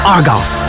Argos